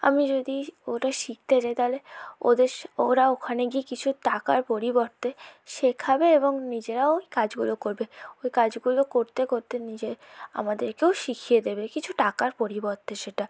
আমি যদি ওটা শিখতে যাই তাহলে ওদের ওরা ওখানে গিয়ে কিছু টাকার পরিবর্তে শেখাবে এবং নিজেরাও ওই কাজগুলো করবে ওই কাজগুলো করতে করতে নিজে আমাদেরকেও শিখিয়ে দেবে কিছু টাকার পরিবর্তে সেটা